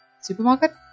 supermarket